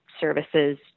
services